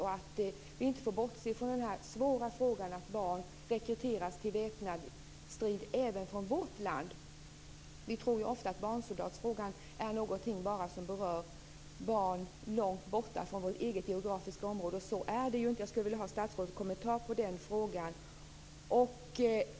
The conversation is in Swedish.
Vi får inte bortse från den svåra frågan att barn rekryteras till väpnad strid även från vårt land. Vi tror ofta att barnsoldatfrågan bara är någonting som rör barn långt borta från vårt eget geografiska område, och så är det ju inte. Jag skulle vilja ha statsrådets kommentar till den frågan.